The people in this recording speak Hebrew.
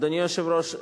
אדוני היושב-ראש,